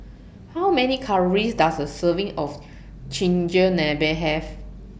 How Many Calories Does A Serving of Chigenabe Have